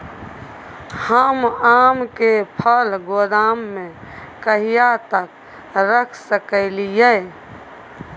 हम आम के फल गोदाम में कहिया तक रख सकलियै?